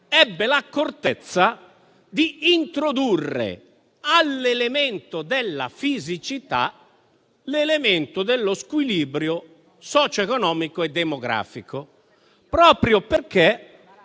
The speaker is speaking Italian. ebbe l'accortezza di affiancare all'elemento della fisicità quello dello squilibrio socioeconomico e demografico, proprio perché